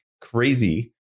crazy